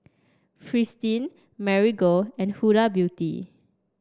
Fristine Marigold and Huda Beauty